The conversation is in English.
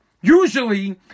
usually